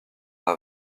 dans